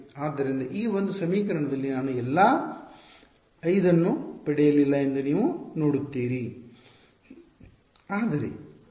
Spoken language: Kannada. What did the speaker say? ಆದ್ದರಿಂದ ಈ ಒಂದು ಸಮೀಕರಣದಲ್ಲಿ ನಾನು ಎಲ್ಲಾ 5 ಅನ್ನು ಪಡೆಯಲಿಲ್ಲ ಎಂದು ನೀವು ನೋಡುತ್ತೀರಿ